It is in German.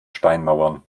steinmauern